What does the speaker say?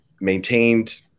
maintained